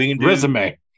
resume